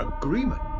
Agreement